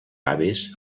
avis